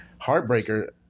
Heartbreaker